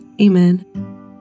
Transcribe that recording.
amen